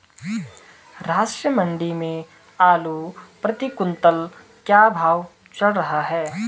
राष्ट्रीय मंडी में आलू प्रति कुन्तल का क्या भाव चल रहा है?